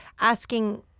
asking